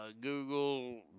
Google